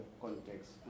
context